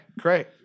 Great